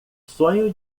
sonho